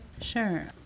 Sure